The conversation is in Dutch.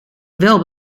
wel